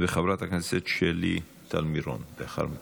וחברת הכנסת שלי טל מירון לאחר מכן.